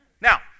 Now